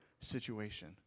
situation